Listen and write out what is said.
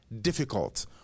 difficult